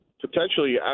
Potentially